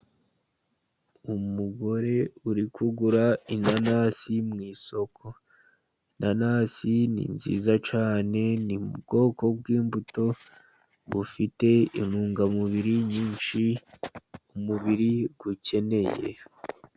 Umugore uri kugura inanasi mu isoko, inanasi ni nziza cyane ,ni mu bwoko bw'imbuto bufite intungamubiri nyinshi umubiri ukeneye.